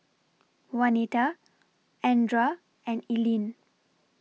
Wanita Andra and Ilene